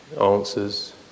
answers